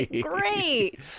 Great